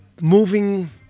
moving